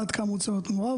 עד כמה הוא צריך להיות מעורב?